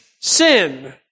sin